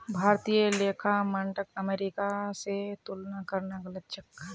भारतीय लेखा मानदंडक अमेरिका स तुलना करना गलत छेक